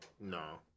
No